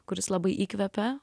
kuris labai įkvepia